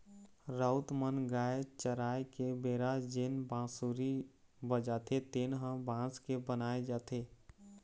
राउत मन गाय चराय के बेरा जेन बांसुरी बजाथे तेन ह बांस के बनाए जाथे